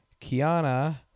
Kiana